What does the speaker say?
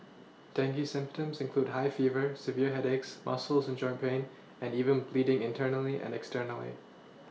dengue symptoms include high fever severe headaches muscles and joint pain and even bleeding internally and externally